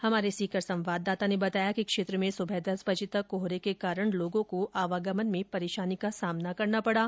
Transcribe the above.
हमारे सीकर संवाददाता ने बताया कि क्षेत्र में सुबह दस बर्ज तक कोहरे के कारण लोगों को आवागमन में परेशानी का सामना करना पड़ा